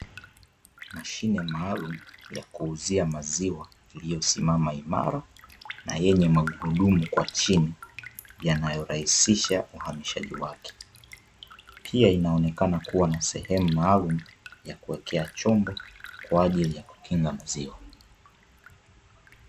Mashine maalum ya kuuzia maziwa iliyosimama imara na yenye magurudumu kwa chini yanayorahisisha uhamishaji wake, pia inaonekana kuwa na sehemu maalum ya kuwekea chombo kwa ajili ya kukinga maziwa.